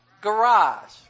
garage